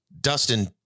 Dustin